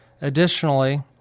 Additionally